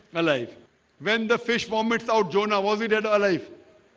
my life when the fish vomits out jonah was he dead alive?